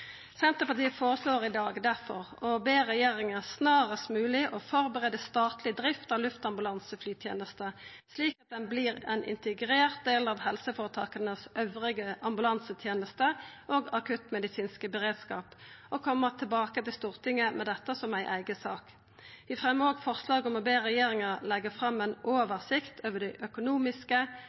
Senterpartiet føreslår i dag difor, saman med Arbeidarpartiet: «Stortinget ber regjeringen snarest mulig forberede offentlig drift av luftambulanseflytjenesten, slik at den blir en integrert del av helseforetakenes øvrige ambulansetjenester og akuttmedisinske beredskap, og komme tilbake til Stortinget med dette som egen sak.» Vi fremjar òg, saman med SV og Arbeidarpartiet, følgjande forslag: «Stortinget ber regjeringen på egnet måte legge frem en oversikt over de økonomiske,